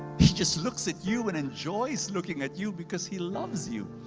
he just looks at you and enjoys looking at you, because he loves you.